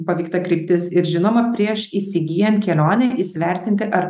paveikta kryptis ir žinoma prieš įsigyjant kelionę įsivertinti ar